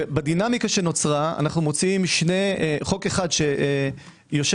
ובדינמיקה שנוצרה אנו מוציאים חוק אחד שיושב